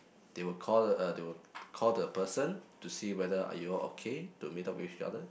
they will call uh they will call the person to see whether are you all are okay to meet up with each other